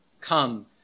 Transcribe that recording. Come